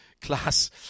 class